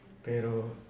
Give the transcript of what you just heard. pero